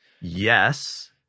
Yes